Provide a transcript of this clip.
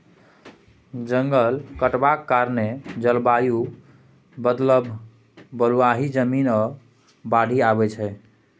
जंगल कटबाक कारणेँ जलबायु बदलब, बलुआही जमीन, आ बाढ़ि आबय छै